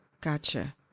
Gotcha